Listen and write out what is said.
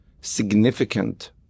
significant